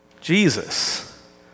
Jesus